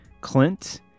Clint